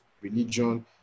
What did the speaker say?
religion